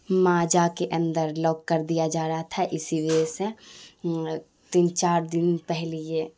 ماجا کے اندر لاک کر دیا جا رہا تھا اسی وجہ سے تین چار دن پہلے